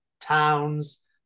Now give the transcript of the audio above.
towns